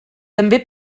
també